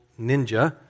ninja